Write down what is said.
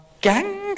gang